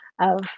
of-